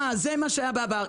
זה מה שהיה בעבר.